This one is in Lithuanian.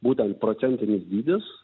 būtent procentinis dydis